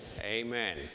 amen